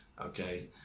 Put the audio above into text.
okay